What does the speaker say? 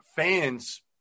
fans